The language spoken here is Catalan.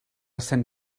cent